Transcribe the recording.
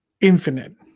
infinite